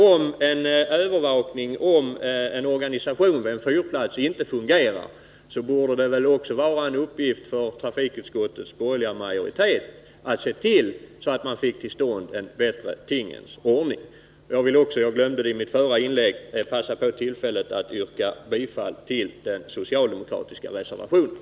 Om en organisation vid en fyrplats inte fungerar borde det vara en uppgift för trafikutskottets borgerliga majoritet att se till att man får till stånd en bättre tingens ordning. Jag vill också — jag glömde att göra det i mitt förra inlägg — passa på tillfället att yrka bifall till den socialdemokratiska reservationen.